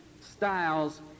styles